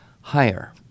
higher